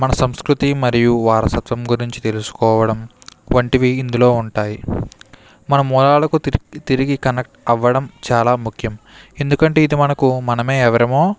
మన సంస్కృతి మరియు వారసత్వం గురించి తెలుసుకోవడం వంటివి ఇందులో ఉంటాయి మన మూలాలకు తిరి తిరిగి కనెక్ట్ అవ్వడం చాలా ముఖ్యం ఎందుకంటే ఇది మనకు మనమే ఎవరమో